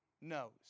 knows